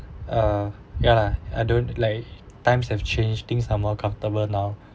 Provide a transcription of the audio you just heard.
uh ya lah I don't like times have changed things are more comfortable now